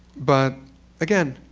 but again,